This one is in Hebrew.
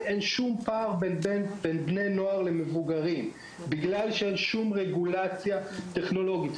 בין בני נוער למבוגרים בגלל שאין שום רגולציה טכנולוגית.